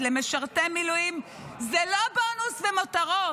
למשרתי מילואים זה לא בונוס ומותרות,